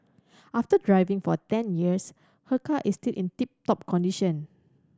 after driving for ten years her car is still in tip top condition